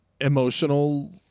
emotional